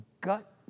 gut